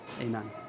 amen